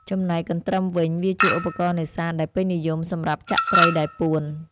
ចំណែកកន្ទ្រឹមវិញ វាជាឧបករណ៍នេសាទដែលពេញនិយមសម្រាប់ចាក់ត្រីដែលពួន។